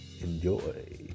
Enjoy